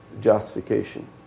justification